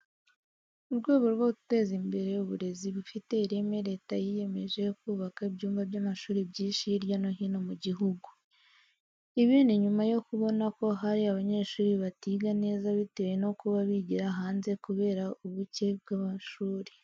Mu rwego rwo guteza imbere uburezi bufite ireme Leta yiyemeje kubaka ibyumba by'amashuri byinshi hirya no hino mu gihugu. Ibi ni nyuma yo kubona ko hari abanyeshuri batiga neza bitewe no kuba bigira hanze kubera ubuke bw'amashuri.